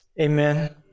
Amen